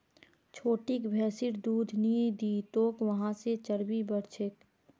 छोटिक भैंसिर दूध नी दी तोक वहा से चर्बी बढ़ छेक